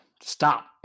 Stop